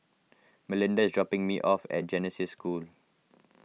Melinda is dropping me off at Genesis School